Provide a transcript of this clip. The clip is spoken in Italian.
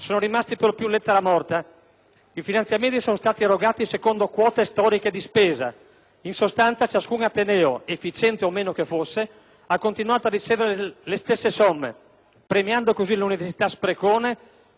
i finanziamenti sono stati erogati secondo quote storiche di spesa. In sostanza, ciascun ateneo, efficiente o meno che fosse, ha continuato a ricever le stesse somme, premiando così le università sprecone, prive di incentivi a cambiare rotta.